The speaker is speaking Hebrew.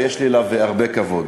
ויש לי אליו הרבה כבוד.